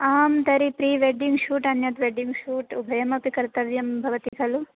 आं तर्हि pre wedding shoot अन्यत् वेड्डिङ्ग्शूट् उभयमपि कर्तव्यं भवति खलु